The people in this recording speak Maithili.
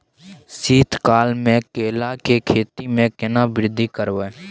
शीत काल मे केला के खेती में केना वृद्धि करबै?